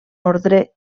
ordre